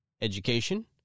education